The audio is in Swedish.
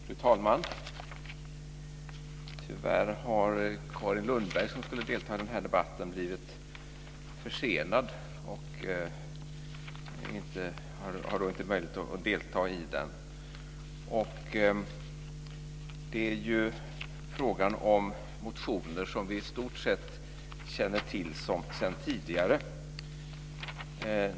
Fru talman! Tyvärr har Carin Lundberg, som skulle delta i denna debatt, blivit försenad och har då inte möjlighet att delta i den. Det är fråga om motioner som vi i stort sett känner till sedan tidigare.